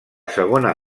segona